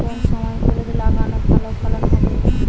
কোন সময় হলুদ লাগালে ভালো ফলন হবে?